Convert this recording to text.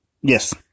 Yes